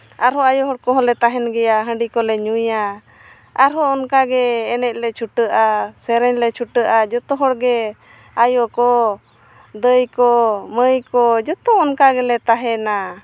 ᱟᱨᱦᱚᱸ ᱟᱭᱳ ᱦᱚᱲ ᱠᱚᱞᱮ ᱛᱟᱦᱮᱱ ᱜᱮᱭᱟ ᱦᱟᱺᱰᱤ ᱠᱚᱞᱮ ᱧᱩᱭᱟ ᱟᱨᱦᱚᱸ ᱚᱱᱠᱟ ᱜᱮ ᱮᱱᱮᱡ ᱞᱮ ᱪᱷᱩᱴᱟᱹᱜᱼᱟ ᱥᱮᱨᱮᱧ ᱞᱮ ᱪᱷᱩᱴᱟᱹᱜᱼᱟ ᱡᱚᱛᱯ ᱦᱚᱲ ᱜᱮ ᱟᱭᱳ ᱠᱚ ᱫᱟᱹᱭ ᱠᱚ ᱢᱟᱹᱭ ᱠᱚ ᱡᱚᱛᱚ ᱚᱱᱠᱟ ᱜᱮᱞᱮ ᱛᱟᱦᱮᱱᱟ